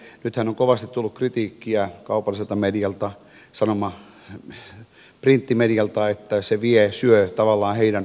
nythän on kovasti tullut kritiikkiä kaupalliselta medialta printtimedialta että se vie syö tavallaan heidän rahojansa